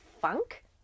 funk